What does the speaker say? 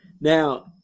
now